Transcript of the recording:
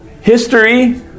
history